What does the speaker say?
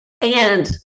And-